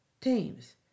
Teams